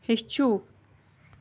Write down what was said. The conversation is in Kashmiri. ہیٚچھِو